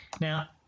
Now